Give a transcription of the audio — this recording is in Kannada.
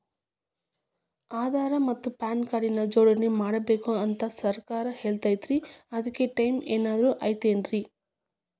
ಆಧಾರ ಮತ್ತ ಪಾನ್ ಕಾರ್ಡ್ ನ ಜೋಡಣೆ ಮಾಡ್ಬೇಕು ಅಂತಾ ಸರ್ಕಾರ ಹೇಳೈತ್ರಿ ಅದ್ಕ ಟೈಮ್ ಏನಾರ ಐತೇನ್ರೇ?